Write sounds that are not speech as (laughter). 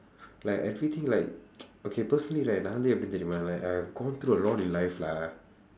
like everything like (noise) okay personally right நான் வந்து எப்படி தெரியுமா:naan vandthu eppadi theriyumaa I have gone through a lot in life lah